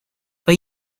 but